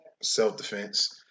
self-defense